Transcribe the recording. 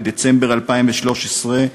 בדצמבר 2013,